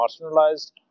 marginalized